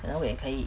可能我也可以